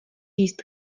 jíst